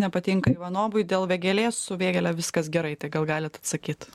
nepatinka ivanovui dėl vėgėlės su vėgėle viskas gerai tai gal galit atsakyt